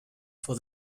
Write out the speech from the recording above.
for